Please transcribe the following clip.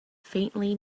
faintly